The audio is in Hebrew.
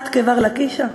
"את כבר לקישא?"